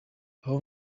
aho